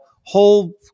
whole